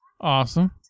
Awesome